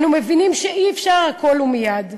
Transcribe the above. אנו מבינים שאי-אפשר הכול ומייד,